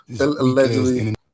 allegedly